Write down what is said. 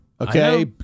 Okay